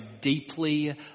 deeply